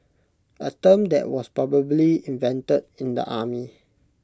A term that was probably invented in the army